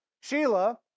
Sheila